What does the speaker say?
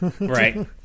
Right